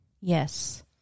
Yes